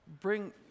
bring